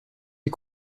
est